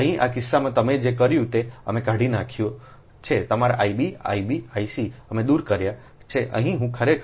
તેથી અહીં આ કિસ્સામાં તમે જે કર્યું તે અમે કાઢી નાખ્યું છે તમારા Ib Ib Ic અમે દૂર કર્યા છે હું ખરેખર